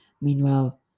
Meanwhile